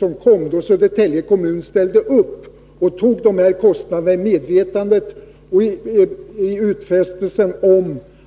Det var då Södertälje kommun ställde upp och tog på sig dessa kostnader, mot utfästelse